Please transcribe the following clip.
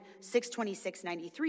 62693